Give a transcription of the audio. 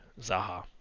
Zaha